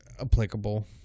applicable